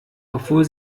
obwohl